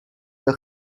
your